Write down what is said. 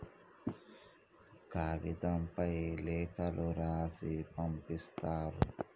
కాగితంపై లేఖలు రాసి పంపిస్తారు